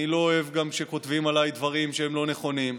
אני לא אוהב גם שכותבים עליי דברים שהם לא נכונים,